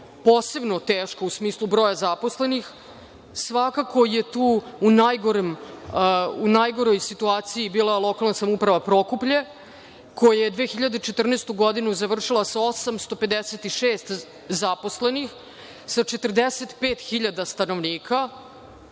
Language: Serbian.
posebno teško u smislu broja zaposlenih. Svakako je tu u najgoroj situaciji bila lokalna samouprava Prokuplje, koja je 2014. godinu završila sa 856 zaposlenih, sa 45.000 stanovnika,